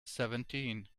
seventeen